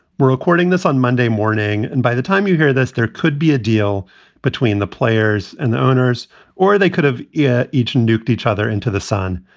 we're recording this on monday morning. and by the time you hear this, there could be a deal between the players and the owners or they could have yeah each nuked each other into the sun.